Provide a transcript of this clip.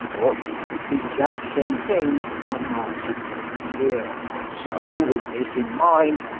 but it's the exact same thing that marx is saying here. so, with this in mind,